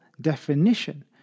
definition